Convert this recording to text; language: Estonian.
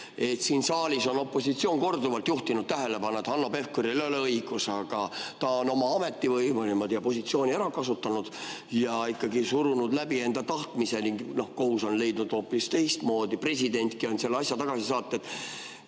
Siin saalis on opositsioon korduvalt juhtinud tähelepanu, et Hanno Pevkuril ei ole õigus, aga ta on oma ametivõimu ja -positsiooni niimoodi ära kasutanud, et on ikkagi surunud enda tahtmise läbi. Kohus on leidnud hoopis teistmoodi, presidentki on selle asja tagasi saatnud.